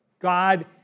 God